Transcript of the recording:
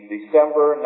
December